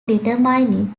determining